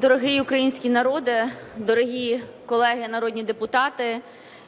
Дорогий український народе, дорогі колеги народні депутати!